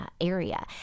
area